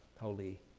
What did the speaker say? holy